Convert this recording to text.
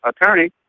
attorney